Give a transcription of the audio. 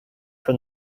from